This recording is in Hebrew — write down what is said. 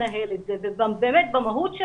מבחינת מהירות התגובה